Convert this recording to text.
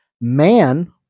Man